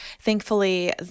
thankfully